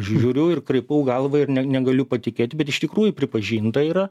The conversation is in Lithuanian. žiūriu ir kraipau galvą ir ne negaliu patikėti bet iš tikrųjų pripažinta yra